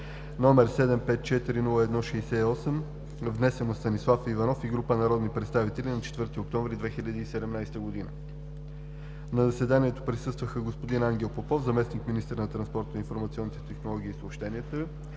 № 754-01-68, внесен от Станислав Иванов и група народни представители на 4 октомври 2017 г. На заседанието присъстваха господин Ангел Попов – заместник-министър на транспорта, информационните технологии и съобщенията,